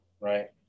Right